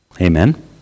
Amen